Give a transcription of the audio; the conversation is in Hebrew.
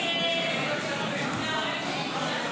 לא נתקבלה.